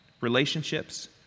Relationships